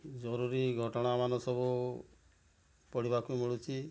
ଜରୁରୀ ଘଟଣା ମାନ ସବୁ ପଢ଼ିବାକୁ ମିଳୁଛି